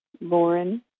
Lauren